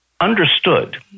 understood